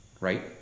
right